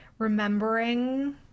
Remembering